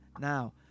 Now